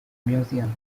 museum